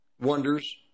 wonders